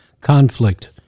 conflict